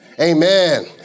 Amen